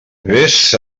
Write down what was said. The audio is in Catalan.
vés